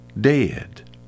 dead